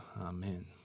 Amen